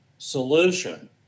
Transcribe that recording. solution